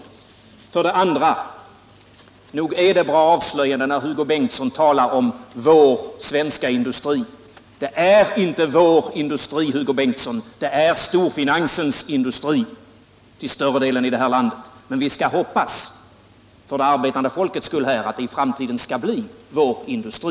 För det andra är det bra avslöjande när Hugo Bengtsson talar om ”vår svenska industri”. Det är inte ”vår” industri, Hugo Bengtsson, utan det är storfinansens industri till större delen i det här landet. Men vi skall hoppas — för det arbetande folkets skull — att det i framtiden skall bli vår industri.